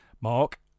Mark